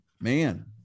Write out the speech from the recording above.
man